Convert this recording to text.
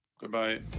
Goodbye